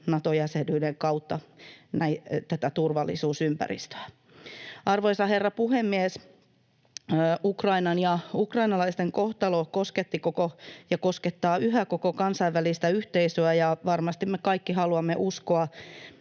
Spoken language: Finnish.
Nato-jäsenyyden kautta tätä turvallisuusympäristöä. Arvoisa herra puhemies! Ukrainan ja ukrainalaisten kohtalo kosketti ja koskettaa yhä koko kansainvälistä yhteisöä, ja varmasti me kaikki haluamme uskoa,